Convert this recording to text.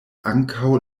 ankaŭ